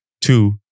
two